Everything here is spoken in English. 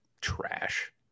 trash